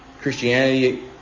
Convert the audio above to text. Christianity